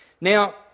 Now